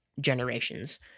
generations